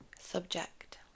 subject